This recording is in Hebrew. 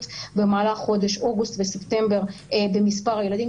במהלך חודש אוגוסט וספטמבר במספר הילדים,